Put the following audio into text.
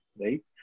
right